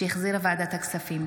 שהחזירה ועדת הכספים.